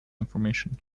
information